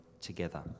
together